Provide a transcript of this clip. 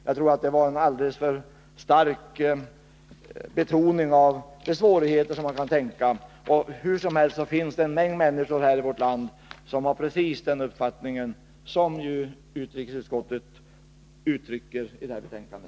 Jag tror att det var en alldeles för stark betoning av de svårigheter som kan tänkas. Hur som helst finns det en mängd människor i vårt land som har precis den uppfattning som utrikesutskottet uttrycker i detta betänkande.